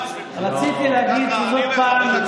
אני מדבר 10% ממך.